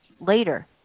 later